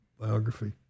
biography